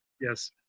yes